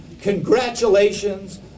congratulations